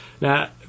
Now